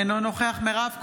אינו נוכח מירב כהן,